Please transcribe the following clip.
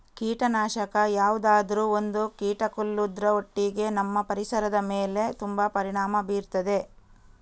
ಕೀಟನಾಶಕ ಯಾವ್ದು ಆದ್ರೂ ಅದು ಕೀಟ ಕೊಲ್ಲುದ್ರ ಒಟ್ಟಿಗೆ ನಮ್ಮ ಪರಿಸರದ ಮೇಲೆ ತುಂಬಾ ಪರಿಣಾಮ ಬೀರ್ತದೆ